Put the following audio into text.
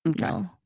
no